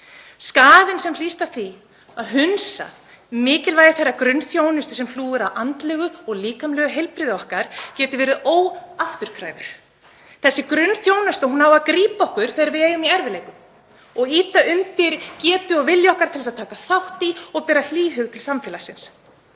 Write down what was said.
Skaðinn sem hlýst af því að hunsa mikilvægi þeirrar grunnþjónustu sem hlúir að andlegu og líkamlegu heilbrigði okkar getur verið óafturkræfur. Þessi grunnþjónusta á að grípa okkur þegar við eigum í erfiðleikum og ýta undir getu okkar og vilja til að taka þátt í og bera hlýhug til samfélagsins.